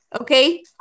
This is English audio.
Okay